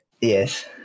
Yes